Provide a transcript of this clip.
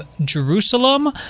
Jerusalem